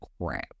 crap